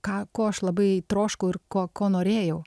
ką ko aš labai troškau ir ko ko norėjau